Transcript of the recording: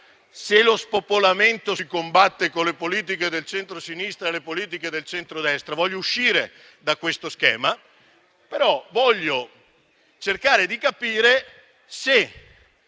che lo spopolamento si combatta con le politiche del centrosinistra e chi con quelle del centrodestra, voglio uscire da questo schema; intendo invece cercare di capire se